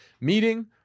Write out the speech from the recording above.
meeting